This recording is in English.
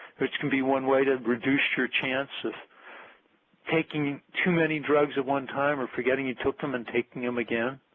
which could be one way to reduce your chance of taking too many drugs at one time or forgetting you took them and taking them again.